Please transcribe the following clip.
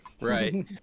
Right